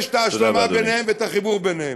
יש את ההשלמה ביניהם ואת החיבור ביניהם.